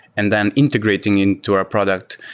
and then integrating into our product.